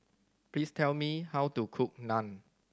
please tell me how to cook Naan